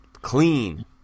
Clean